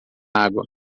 água